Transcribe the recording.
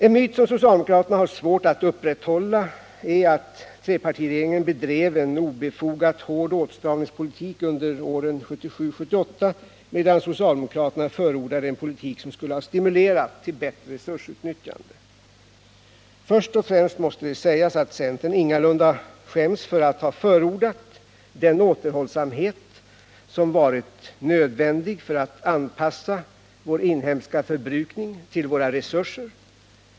En myt som socialdemokraterna har svårt att upprätthålla är att trepartiregeringen bedrev en obefogat hård åtstramningspolitik under åren 1977 och 1978, medan socialdemokraterna förordade en politik som skulle ha stimulerat till bättre resursutnyttjande. Först och främst måste det sägas att centern ingalunda skäms för att ha förordat en återhållsamhet som har varit nödvändig för att anpassa vår inhemska förbrukning till våra resurser.